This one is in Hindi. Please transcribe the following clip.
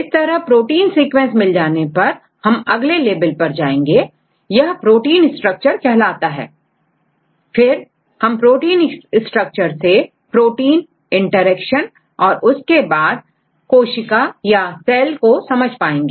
इस तरह प्रोटीन सीक्वेंस मिल जाने पर हम अगले लेवल पर जाएंगे यह प्रोटीन स्ट्रक्चर कहलाता है और फिर हम प्रोटीन स्ट्रक्चर से प्रोटीन इंटरेक्शन और इसके बाद कोशिकाcell समझ पाएंगे